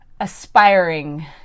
aspiring